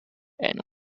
and